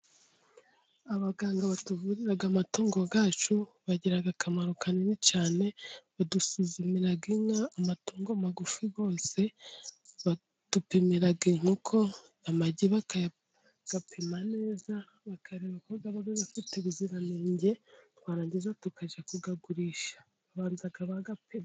Abaganga batuvurira amatungo yacu bagira akamaro kanini cyane. Badusuzumira inka, amatungo magufi yose badupimira inkoko, amagi bakayapima neza, bakareba uko yaba afite ubuziranenge. Twarangiza tukajya kuyagurisha. Babanza bayapima.